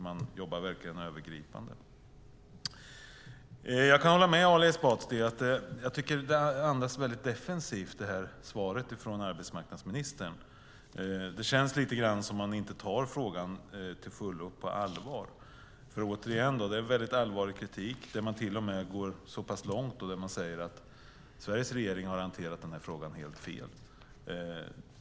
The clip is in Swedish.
Man jobbar verkligen övergripande. Jag kan hålla med Ali Esbati om att svaret från arbetsmarknadsministern är väldigt defensivt. Det känns lite grann som att man inte tar frågan till fullo på allvar. Återigen: Det är väldigt allvarlig kritik där man till och med går så långt som att säga att Sveriges regering har hanterat den här frågan helt fel.